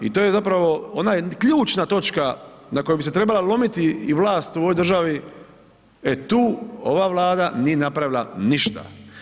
I to je zapravo ona ključna točka na kojoj bi se trebala lomiti i vlast u ovoj državi e tu ova Vlad nije napravila ništa.